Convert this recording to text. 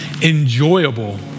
enjoyable